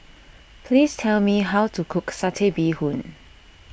please tell me how to cook Satay Bee Hoon